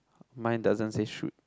mine doesn't say shoot